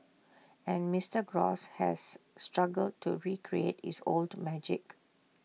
and Mister gross has struggled to recreate his old magic